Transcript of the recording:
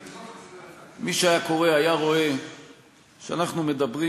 מי שהיה קורא היה רואה שאנחנו מדברים